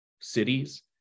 cities